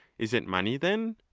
is it money, then?